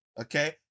Okay